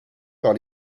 par